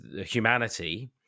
humanity